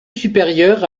supérieure